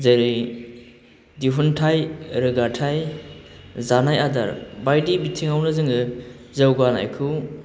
जेरै दिहुनथाइ रोगाथाइ जानाय आदार बायदि बिथिङावनो जोङो जौगानायखौ